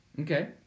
Okay